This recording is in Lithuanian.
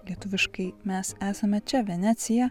lietuviškai mes esame čia venecija